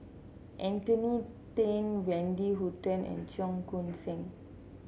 Anthony Then Wendy Hutton and Cheong Koon Seng